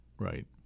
Right